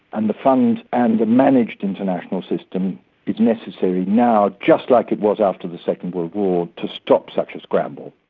and the fund and the managed international system is necessary now just like it was after the second world war to stop such a scramble.